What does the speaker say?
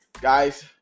guys